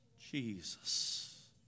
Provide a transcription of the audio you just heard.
Jesus